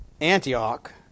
Antioch